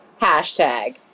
Hashtag